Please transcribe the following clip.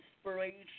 inspiration